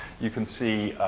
you can see